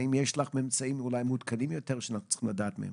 האם יש לך ממצאים מעודכנים יותר שאנחנו צריכים לדעת מהם?